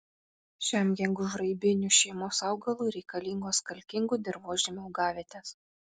šiam gegužraibinių šeimos augalui reikalingos kalkingų dirvožemių augavietės